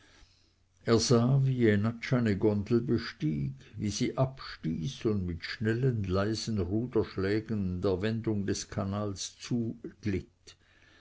eine gondel bestieg wie sie abstieß und mit schnellen leisen ruderschlägen der wendung des canals zuglitt